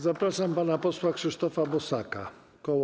Zapraszam pana posła Krzysztofa Bosaka, koło